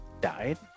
died